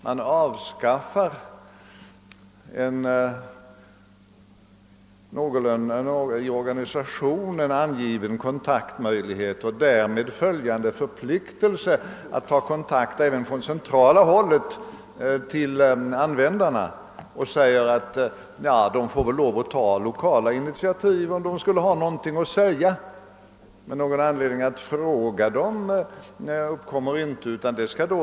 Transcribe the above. Man avskaffar alltså en i organisationen inbyggd kontaktmöjlighet och den därmed följande förpliktelsen att från centralt håll hålla kontakt med användarna och säger att användarna väl får lov att ta lokala initiativ om de skulle ha någonting att säga. Men anledningen att fråga dem till råds har försvagats.